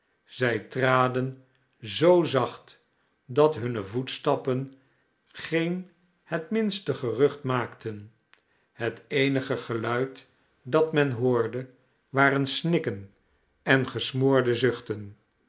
zij traden zoo zacht dat hunne voetstappen geen het minste gerucht maakten het eenige geluid dat men hoorde waren snikken en gesmoorde zuchten